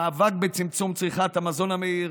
המאבק בצמצום צריכת המזון המהיר,